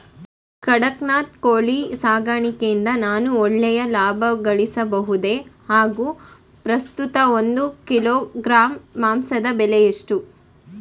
ಕಡಕ್ನಾತ್ ಕೋಳಿ ಸಾಕಾಣಿಕೆಯಿಂದ ನಾನು ಒಳ್ಳೆಯ ಲಾಭಗಳಿಸಬಹುದೇ ಹಾಗು ಪ್ರಸ್ತುತ ಒಂದು ಕಿಲೋಗ್ರಾಂ ಮಾಂಸದ ಬೆಲೆ ಎಷ್ಟು?